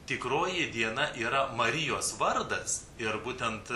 tikroji diena yra marijos vardas ir būtent